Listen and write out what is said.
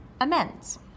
amends